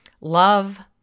Love